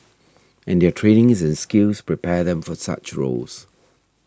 and their training and skills prepare them for such roles